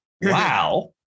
Wow